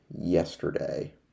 yesterday